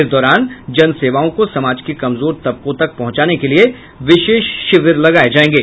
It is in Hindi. इस दौरान जनसेवाओं को समाज के कमजोर तबको तक पहुंचाने के लिए विशेष शिविर लगाये जायेंगे